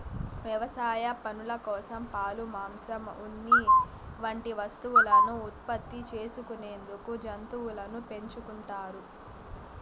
వ్యవసాయ పనుల కోసం, పాలు, మాంసం, ఉన్ని వంటి వస్తువులను ఉత్పత్తి చేసుకునేందుకు జంతువులను పెంచుకుంటారు